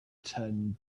ten